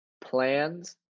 plans